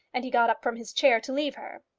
and he got up from his chair to leave her.